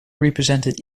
represented